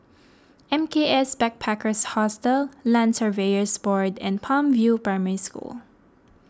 M K S Backpackers Hostel Land Surveyors Board and Palm View Primary School